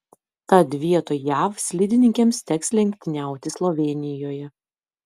tad vietoj jav slidininkėms teks lenktyniauti slovėnijoje